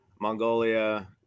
Mongolia